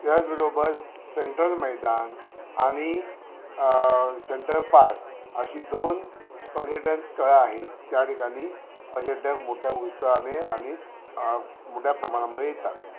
त्याचबरोबर सेंट्रल मैदान आणि centre park अशी दोन पर्यटन स्थळं आहेत त्या ठिकाणी पर्यटक मोठ्या उत्साहाने आणि मोठ्या प्रमाणामध्ये येतात